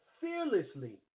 fearlessly